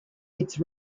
its